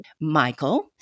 Michael